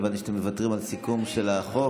הבנתי שאתם מוותרים על סיכום של החוק.